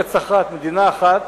ארץ אחת, מדינה אחת